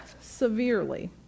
severely